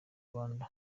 rwanda